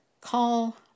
Call